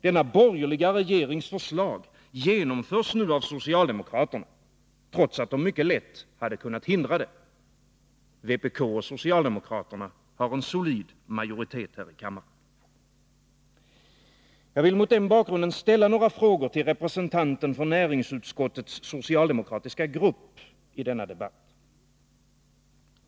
Denna borgerliga regerings förslag genomförs nu av socialdemokraterna — trots att de mycket lätt hade kunnat hindra det. Vpk och socialdemokraterna har en solid majoritet här i kammaren. näringsutskottets socialdemokratiska grupp i denna debatt.